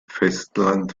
festland